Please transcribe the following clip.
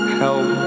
help